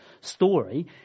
story